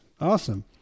Awesome